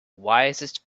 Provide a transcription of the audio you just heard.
wisest